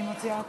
יש מזכירות